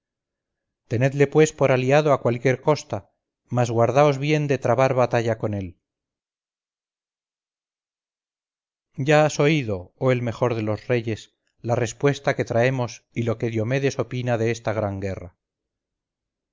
tenedle pues por aliado a cualquier costa mas guardaos bien de trabar batalla con él ya has oído oh el mejor de los reyes la respuesta que traemos y lo que diomedes opina de esta gran guerra